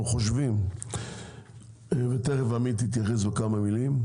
אנחנו חושבים ותיכף עמית יתייחס בכמה מילים,